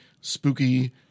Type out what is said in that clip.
spooky